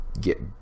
get